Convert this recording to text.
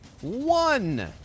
one